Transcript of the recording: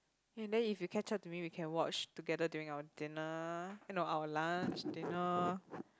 and then if you catch up to me we can watch together during our dinner eh no our lunch dinner